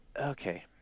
okay